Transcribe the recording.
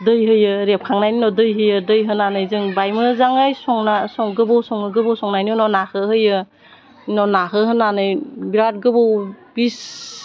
दै होयो रेबखांनायनि उनाव दै होयो दै होनानै जों बाय मोजाङै संना सं गोबाव सङो गोबाव संनायनि उनाव नाखौ होयो उनाव नाखौ होनानै बिराथ गोबाव बिस